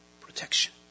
protection